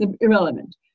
irrelevant